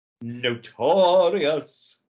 notorious